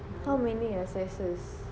how many assessors